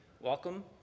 Welcome